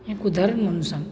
एक उदाहरण म्हणून सांगतो